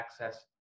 access